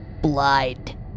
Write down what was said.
blind